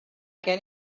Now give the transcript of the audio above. can